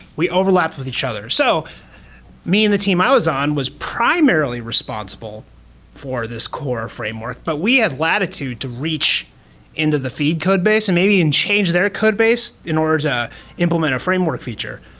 we overlapped with each other. so me and the team i was on was primarily responsible for this core framework, but we have latitude to reach into the feed codebase and maybe even change their codebase in order to implement a framework feature.